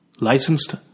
Licensed